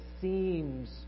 seems